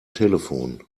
telefon